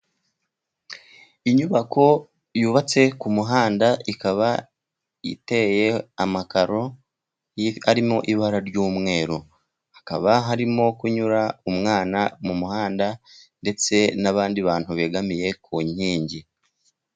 Inyubako yubatse ku muhanda ikaba iteye amakaro arimo ibara ry'umweru, hakaba harimo kunyura umwana mu muhanda ndetse n'abandi bantu begamiye ku nkingi.